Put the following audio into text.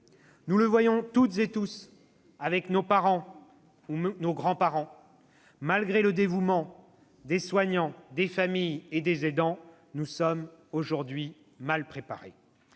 Nous le voyons tous avec nos parents ou nos grands-parents : malgré le dévouement des soignants, des familles et des aidants, nous sommes mal préparés.